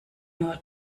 nur